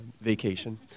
vacation